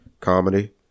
comedy